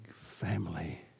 family